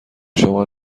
شما